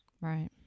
Right